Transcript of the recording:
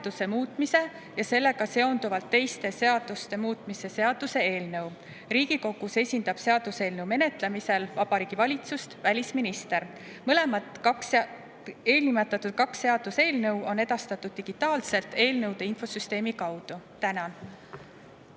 ja sellega seonduvalt teiste seaduste muutmise seaduse eelnõu. Riigikogus esindab seaduseelnõu menetlemisel Vabariigi Valitsust välisminister. Eelnimetatud kaks seaduseelnõu on edastatud digitaalselt eelnõude infosüsteemi kaudu. Tänan!